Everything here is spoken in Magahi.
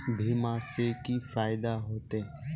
बीमा से की फायदा होते?